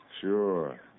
sure